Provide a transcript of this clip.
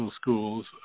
schools